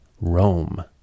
Rome